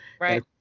right